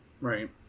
Right